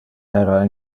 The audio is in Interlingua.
era